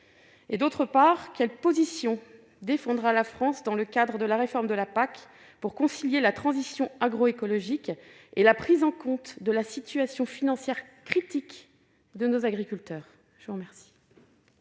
Par ailleurs, quelles positions défendra la France, dans le cadre de la réforme de la PAC, pour concilier la transition agroécologique et la prise en compte de la situation financière critique de nos agriculteurs ?